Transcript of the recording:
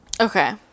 Okay